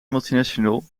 multinational